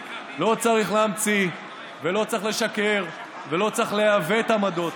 לא צריך להמציא ולא צריך לשקר ולא צריך לעוות עמדות.